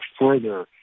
further